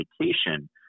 vacation